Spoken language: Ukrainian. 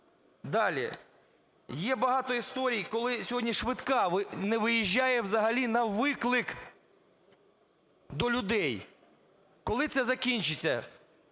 Далі. Є багато історій, коли сьогодні швидка не виїжджає взагалі на виклик до людей! Коли це закінчиться?